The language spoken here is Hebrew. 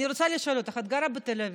אני רוצה לשאול אותך: את גרה בתל אביב,